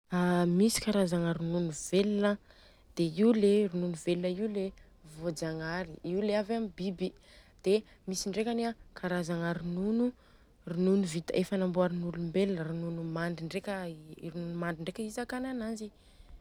Aa misy karazagna ronono velona. Dia io le ronono velona io le voajagnahary, io le avy amin'ny biby. Dia misy ndrekany an karazagna ronono vita efa namboarn'olombelona, ronono mandry ndreka a, ronono mandry ndreka izakana ananjy.